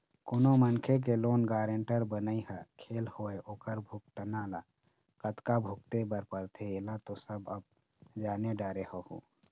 कोनो मनखे के लोन गारेंटर बनई ह खेल नोहय ओखर भुगतना ल कतका भुगते बर परथे ऐला तो सब अब जाने डरे होहूँ